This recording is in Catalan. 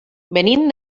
venim